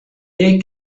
dir